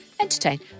entertain